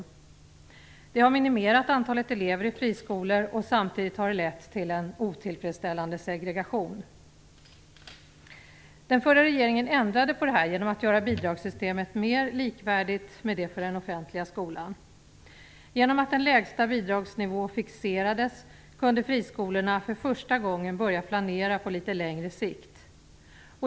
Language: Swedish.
Detta har minimerat antalet elever i friskolor samtidigt som det har lett till en otillfredsställande segregation. Den förra regeringen ändrade på detta genom att införa ett bidragssystem som var mer likvärdigt med den offentliga skolans. Genom att en lägsta bidragsnivå fixerades kunde friskolorna för första gången börja planera på litet längre sikt.